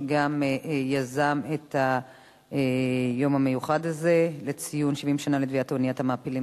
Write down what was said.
שגם יזם את היום המיוחד הזה לציון 70 שנה לטביעת אוניית המעפילים